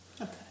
Okay